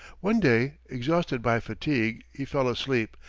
one day, exhausted by fatigue, he fell asleep,